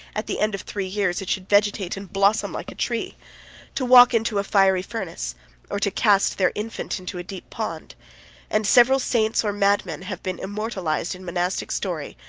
at the end of three years, it should vegetate and blossom like a tree to walk into a fiery furnace or to cast their infant into a deep pond and several saints, or madmen, have been immortalized in monastic story,